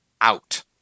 out